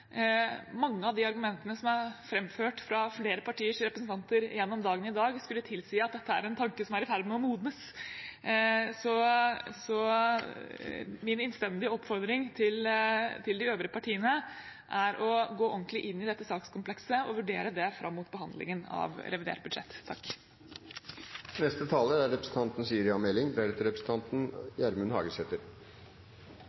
Mange av de argumentene som er framført fra flere partiers representanter gjennom dagen i dag, skulle tilsi at dette er en tanke som er i ferd med å modnes, så min innstendige oppfordring til de øvrige partiene er å gå ordentlig inn i dette sakskomplekset og vurdere det fram mot behandlingen av revidert budsjett. Først vil jeg takke representanten